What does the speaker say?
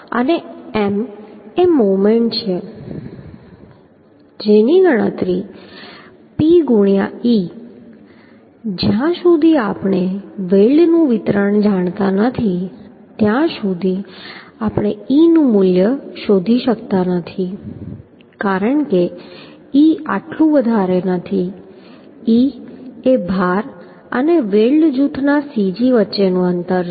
અને M એ moment છે જેની ગણતરી P ગુણ્યા e જ્યાં સુધી આપણે વેલ્ડનું વિતરણ જાણતા નથી ત્યાં સુધી આપણે e નું મૂલ્ય શોધી શકતા નથી કારણ કે e આટલું વધારે નથી e એ ભાર અને વેલ્ડ જૂથ ના cg વચ્ચેનું અંતર છે